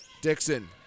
Dixon